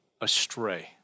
astray